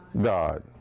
God